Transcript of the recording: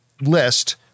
list